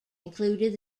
included